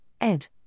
ed